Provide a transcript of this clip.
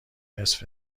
نصف